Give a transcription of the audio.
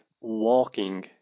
walking